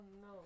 no